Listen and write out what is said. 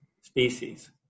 species